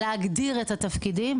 להגדיר את התפקידים.